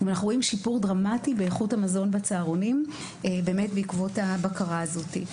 אנחנו רואים שיפור דרמטי באיכות המזון בצהרונים בעקבות הבקרה הזאת.